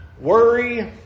Worry